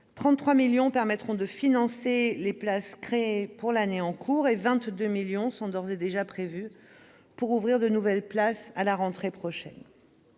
33 millions d'euros permettront de financer les places créées pour l'année en cours et 22 millions d'euros sont d'ores et déjà prévus pour ouvrir de nouvelles places à la rentrée prochaine.